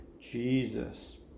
Jesus